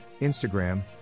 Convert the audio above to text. Instagram